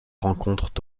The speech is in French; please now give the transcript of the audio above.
rencontrent